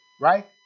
right